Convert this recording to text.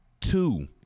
Two